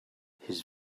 his